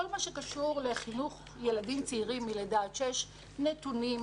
מה שקשור לחינוך ילדים צעירים מגיל לידה עד שש נתונים,